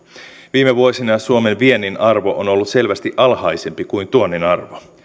viime vuosina suomen viennin arvo on ollut selvästi alhaisempi kuin tuonnin arvo